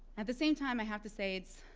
at the same time, i have to say it's